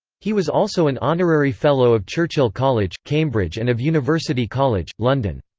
he was also an honorary fellow of churchill college, cambridge and of university college, london.